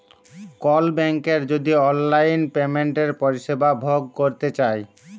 call ব্যাংকের যদি অললাইল পেমেলটের পরিষেবা ভগ ক্যরতে চায়